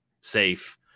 safe